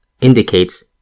Indicates